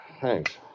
Thanks